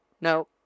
No